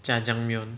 jajangmyeon